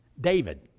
David